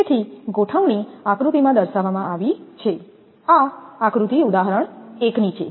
તેથી ગોઠવણી આકૃતિમાં દર્શાવવામાં આવી છે આ આકૃતિ ઉદાહરણ 1 છે